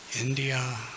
India